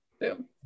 boom